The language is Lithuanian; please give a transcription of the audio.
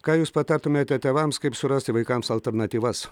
ką jūs patartumėte tėvams kaip surasti vaikams alternatyvas